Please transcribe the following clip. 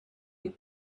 with